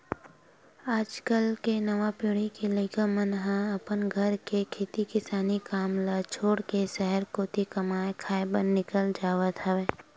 आज कल के नवा पीढ़ी के लइका मन ह अपन घर के खेती किसानी काम ल छोड़ के सहर कोती कमाए खाए बर निकल जावत हवय